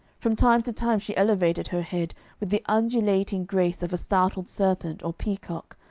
from time to time she elevated her head with the undulating grace of a startled serpent or peacock,